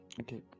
Okay